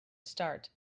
start